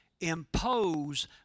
impose